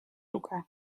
tuge